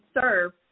serve